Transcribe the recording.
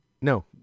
No